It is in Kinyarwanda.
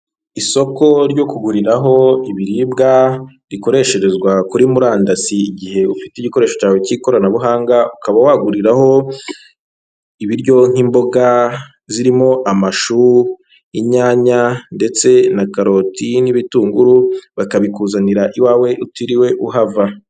Isoko ryo kuguriraho ibiribwa rikoreshezwa kuri murandasi igihe ufite igikoresho cyawe cy'ikoranabuhanga, ukaba waguriraho ibiryo nk'imboga zirimo amashu, inyanya, ndetse na karoti, n'ibitunguru bakabikuzanira iwawe utiriwe uhava.